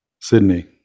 Sydney